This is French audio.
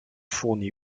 fournis